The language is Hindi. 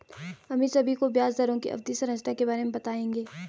अमित सभी को ब्याज दरों की अवधि संरचना के बारे में बताएंगे